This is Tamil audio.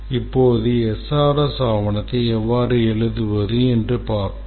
இப்போது SRS ஆவணத்தை எவ்வாறு எழுதுவது என்று பார்ப்போம்